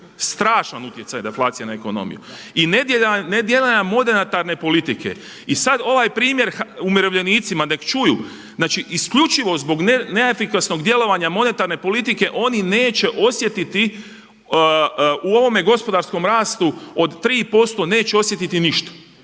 strašan utjecaj deflacije na ekonomiju i nedjelovanje monetarne politike. I sada ovaj primjer umirovljenicima nek čuju znači isključivo zbog neefikasnog djelovanja monetarne politike oni neće osjetiti u ovome gospodarskom rastu od 3% neće osjetiti ništa,